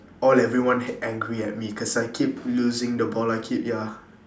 all everyone angry at me cause I keep losing the ball I keep ya